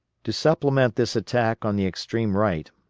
to supplement this attack on the extreme right,